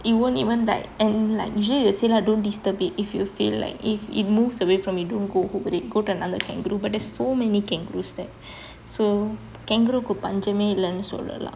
you won't even like and like usually they say lah don't disturb it if you feel like if it moves away from you don't go over it go to another kangaroo but there's so many kangaroos there so kangaroo க்கு பஞ்சமே இல்லேன்னு சொல்லலாம்:kku panjame illennu sollalam